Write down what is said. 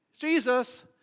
Jesus